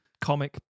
Comic